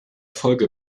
folge